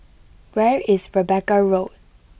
where is Rebecca Road